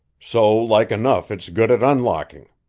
so like enough it's good at unlocking.